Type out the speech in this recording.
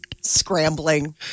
Scrambling